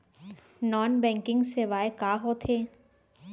non banking सेवाएं का होथे